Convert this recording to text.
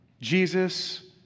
Jesus